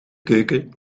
keuken